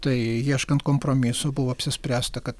tai ieškant kompromisų buvo apsispręsta kad